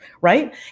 right